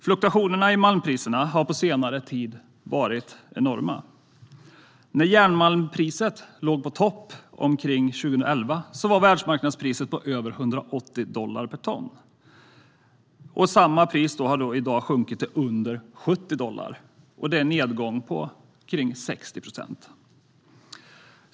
Fluktuationerna i malmpriserna har på senare tid varit enorma. När järnmalmspriset låg på topp, omkring 2011, var världsmarknadspriset över 180 dollar per ton. Det har i dag sjunkit till under 70 dollar. Det är en nedgång på ca 60 procent.